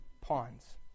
pawns